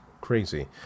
crazy